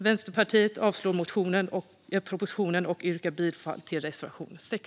Vänsterpartiet avstyrker propositionen och yrkar bifall till reservation 6.